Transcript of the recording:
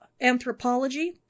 anthropology